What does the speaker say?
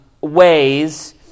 ways